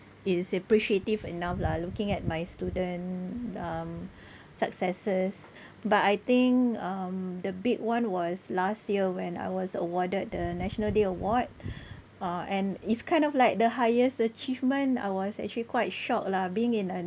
is appreciative enough lah looking at my student um successes but I think um the big one was last year when I was awarded the national day award uh and it's kind of like the highest achievement I was actually quite shocked lah being in a